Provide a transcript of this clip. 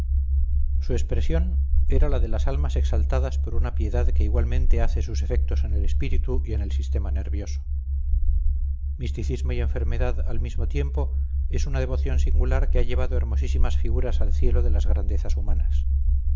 su expresión era la de las almas exaltadas por una piedad que igualmente hace sus efectos en el espíritu y en el sistema nervioso misticismo y enfermedad al mismo tiempo es una devoción singular que ha llevado hermosísimas figuras al cielo de las grandezas humanas